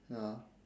ya